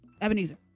Ebenezer